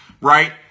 right